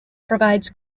provides